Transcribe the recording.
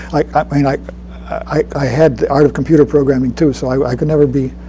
i mean like i had the art of computer programming, too. so i could never be